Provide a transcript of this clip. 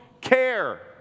care